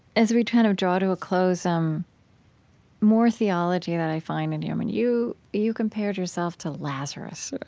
as we kind of draw to a close, um more theology that i find in you. and you you compared yourself to lazarus, right?